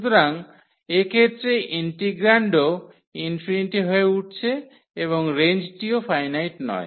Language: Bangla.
সুতরাং এক্ষেত্রে ইন্টিগ্রান্ডও ∞ হয়ে উঠছে এবং রেঞ্জটিও ফাইনাইট নয়